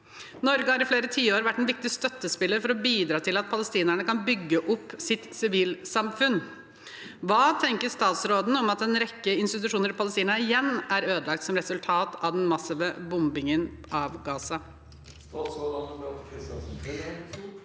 nov. – Ordinær spørretime 2023 spiller for å bidra til at palestinerne kan bygge opp sitt sivilsamfunn. Hva tenker statsråden om at en rekke institusjoner i Palestina igjen er ødelagt som et resultat av den massive bombingen av Gaza?» Statsråd Anne Beathe Kristiansen